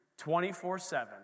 24-7